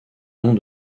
noms